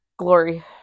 glory